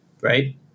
right